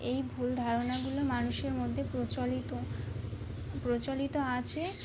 এই ভুল ধারণাগুলো মানুষের মধ্যে প্রচলিত প্রচলিত আছে